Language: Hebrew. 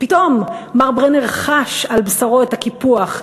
פתאום מר ברנר חש על בשרו את הקיפוח,